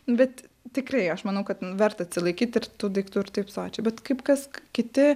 bet tikrai aš manau kad verta atsilaikyti ir tų daiktų ir taip sočiai bet kaip kas kiti